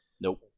Nope